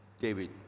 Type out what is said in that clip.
David